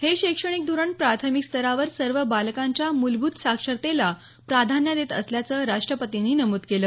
हे शैक्षणिक धोरण प्राथमिक स्तरावर सर्व बालकांच्या मूलभूत साक्षरतेला प्राधान्य देत असल्याचं राष्ट्रपतींनी नमूद केलं